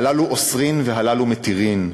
הללו אוסרין והללו מתירין,